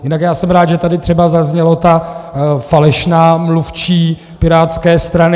Jinak jsem rád, že tady třeba zazněla ta falešná mluvčí pirátské strany.